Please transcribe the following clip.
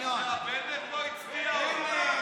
בנט עדיין לא הצביע.